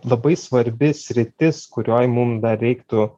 labai svarbi sritis kurioj mum dar reiktų